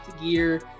gear